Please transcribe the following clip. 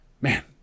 man